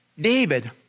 David